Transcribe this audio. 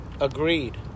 Agreed